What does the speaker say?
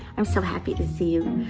i'm so happy to see you.